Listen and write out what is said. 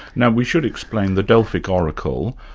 now we should explain the delphic oracle,